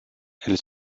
elle